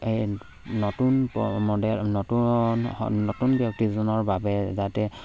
এই নতুন মডেল নতুন নতুন ব্যক্তিজনৰ বাবে যাতে